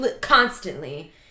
constantly